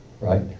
right